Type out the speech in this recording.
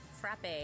Frappe